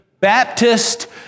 Baptist